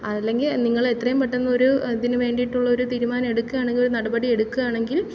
അത് അല്ലെങ്കിൽ നിങ്ങൾ എത്രയും പെട്ടെന്ന് ഒരു ഇതിന് വേണ്ടിയിട്ടുള്ള ഒരു തീരുമാനം എടുക്കുകയാണെങ്കിൽ നടപടി എടുക്കുകയാണെങ്കിൽ